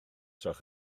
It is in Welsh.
gwelwch